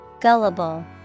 Gullible